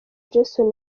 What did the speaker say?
jason